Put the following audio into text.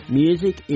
music